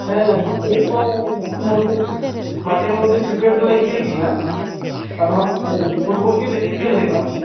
ᱦᱮᱸ ᱠᱨᱤᱠᱮᱴ ᱫᱚ ᱢᱟᱡᱷᱮ ᱢᱚᱫᱽᱫᱷᱮ ᱢᱟᱡᱷᱮᱨ ᱢᱚᱫᱽᱫᱷᱮ ᱠᱨᱤᱠᱮᱴ ᱫᱚᱞᱮ ᱠᱷᱮᱞ ᱜᱮᱭᱟ ᱟᱫᱚ ᱦᱟᱜ ᱯᱷᱩᱴᱵᱚᱞ ᱜᱮ ᱵᱮᱥᱤ ᱠᱷᱮᱞ ᱦᱩᱭᱩᱜᱼᱟ